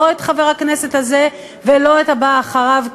לא את חבר הכנסת הזה ולא את הבא אחריו יושב,